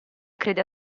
crede